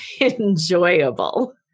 enjoyable